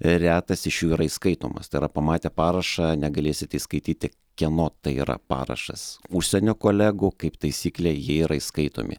retas iš jų yra įskaitomas tai yra pamatę parašą negalėsite įskaityti kieno tai yra parašas užsienio kolegų kaip taisyklė jie yra įskaitomi